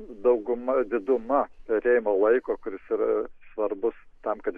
dauguma diduma perėjimo laiko kuris yra svarbus tam kad